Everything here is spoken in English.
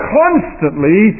constantly